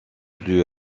plus